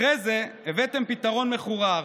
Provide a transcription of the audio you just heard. אחרי זה הבאתם פתרון מחורר,